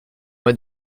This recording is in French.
moi